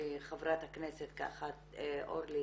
לחברת הכנסת אורלי,